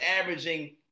averaging